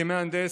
כמהנדס,